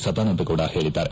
ಸದಾನಂದಗೌಡ ಹೇಳಿದ್ದಾರೆ